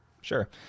Sure